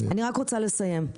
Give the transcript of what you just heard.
לסיים,